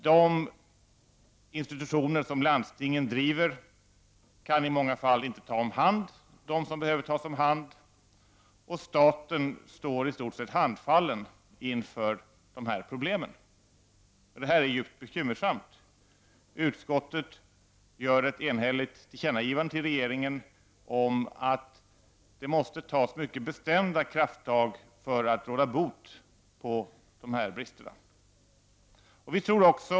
De institutioner som landstingen driver kan inte ta om hand dem som behöver tas om hand. Staten står i stort sett handfallen inför dessa problem. Detta är djupt bekymmersamt. Utskottet gör ett enhälligt tillkännagivande till regeringen om att det måste tas mycket bestämda krafttag för att råda bot på dessa brister.